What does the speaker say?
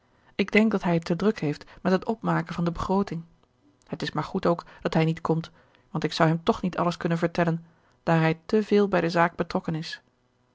ik denk dat hij het te druk heeft met het opmaken van de begrooting het is maar goed ook dat hij niet komt want ik zou hem toch niet alles kunnen vertellen daar hij te veel bij de zaak betrokken is